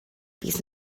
fis